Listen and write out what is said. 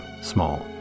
small